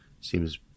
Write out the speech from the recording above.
Seems